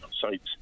sites